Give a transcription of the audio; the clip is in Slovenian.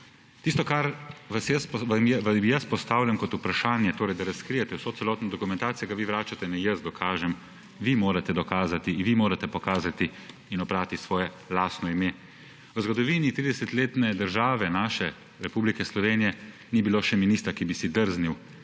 tisto, kar vam jaz postavljam kot vprašanje, torej da razkrijete celotno dokumentacijo, vi vračate, naj jaz dokažem – vi morate dokazati, vi morate pokazati in oprati svoje lastno ime. V zgodovini naše 30-letne države Republike Slovenije še ni bilo ministra, ki bi si drznil